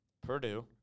Purdue